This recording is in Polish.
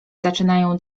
zaczynają